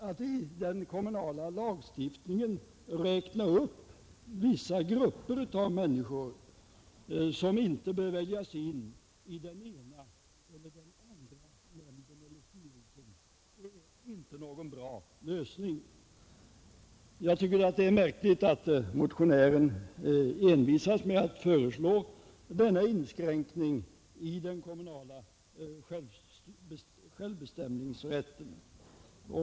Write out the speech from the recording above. Att i kommunallagarna räkna upp vissa grupper av människor som inte bör väljas in i den ena eller andra nämnden eller styrelsen är inte någon bra lösning. Jag tycker att det är märkligt att motionären envisas med att föreslå denna inskränkning i den kommunala självbestämmanderätten.